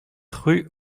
rue